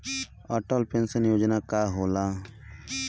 Atal pension Yojana का होला?